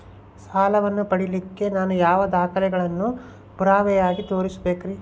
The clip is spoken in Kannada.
ಸಾಲವನ್ನು ಪಡಿಲಿಕ್ಕೆ ನಾನು ಯಾವ ದಾಖಲೆಗಳನ್ನು ಪುರಾವೆಯಾಗಿ ತೋರಿಸಬೇಕ್ರಿ?